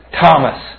Thomas